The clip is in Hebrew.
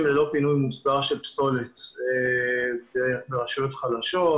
ללא פינוי מוסדר של פסולת ברשויות חלשות,